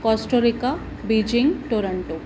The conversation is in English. Costa Rica Beijing Toronto